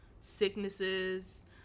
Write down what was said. sicknesses